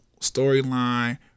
storyline